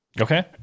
Okay